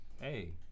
hey